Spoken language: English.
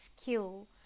skill